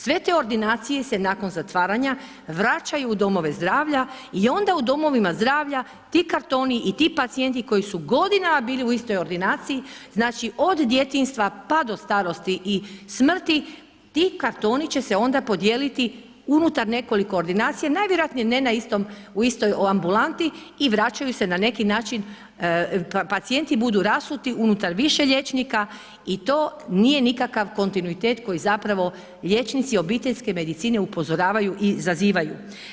Sve te ordinacije se nakon zatvaranja vraćaju u domove zdravlja i onda u domovima zdravlja ti kartoni i ti pacijenti koji su godinama bili u istoj ordinaciji, znači od djetinjstva pa do starosti i smrti, ti kartoni će se onda podijeliti unutar nekoliko ordinacija, najvjerojatnije ne u istoj ambulanti i vraćaju se na neki način pacijenti budu rasuti unutar više liječnika i to nije nikakav kontinuitet koji zapravo liječnici obiteljske medicine upozoravaju i zazivaju.